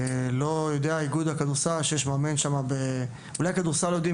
אני לא יודע לגבי איגוד הכדורסל אולי הם יודעים,